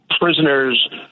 prisoners